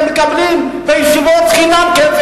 והם מקבלים בישיבות כסף חינם.